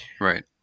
Right